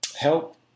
help